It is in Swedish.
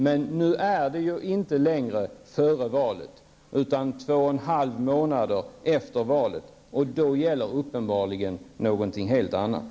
Men nu är det ju inte längre ''före valet'' utan två och en halv månad efter valet, och då gäller uppenbarligen något helt annat.